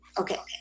Okay